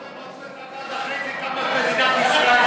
קודם מצאו את הגז ואחרי זה קמה מדינת ישראל.